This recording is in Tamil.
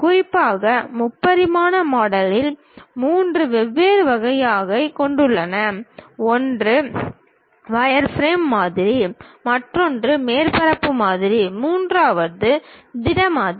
குறிப்பாக முப்பரிமாண மாடலிங் மூன்று வெவ்வேறு வகைகளைக் கொண்டுள்ளது ஒன்று வயர்ஃப்ரேம் மாதிரி மற்றொன்று மேற்பரப்பு மாதிரி மூன்றாவது திட மாதிரி